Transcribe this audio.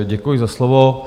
Děkuji za slovo.